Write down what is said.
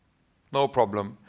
no problem.